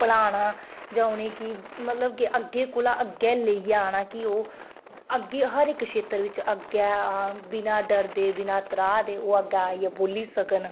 पढ़ाना जां उ'नें गी मतलब कि अग्गें कोला अग्गें लेइयै औना कि ओह् अग्गें हर खेत्तर बिच अग्गें बिना डर दे बिना त्राह् दे ओह् अग्गें आइयै बोल्ली सकन